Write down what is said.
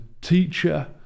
teacher